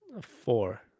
Four